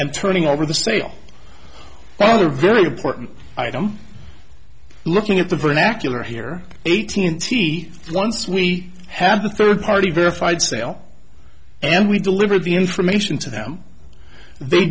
and turning over the sale but other very important item looking at the vernacular here eighteen teeth once we have a third party verified sale and we deliver the information to them they